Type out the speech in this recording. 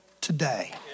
today